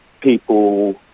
people